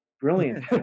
brilliant